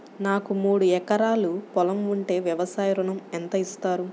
నాకు మూడు ఎకరాలు పొలం ఉంటే వ్యవసాయ ఋణం ఎంత ఇస్తారు?